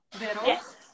Yes